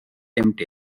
tempt